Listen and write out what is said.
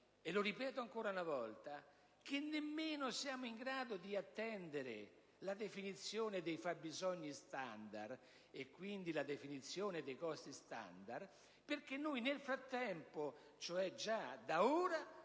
e lo ripeto ancora una volta - è che non siamo in grado neppure di attendere la definizione dei fabbisogni standard, e quindi quella dei costi standard, perché nel frattempo, cioè già da ora,